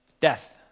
Death